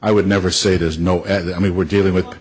i would never say there's no at that i mean we're dealing with